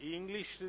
English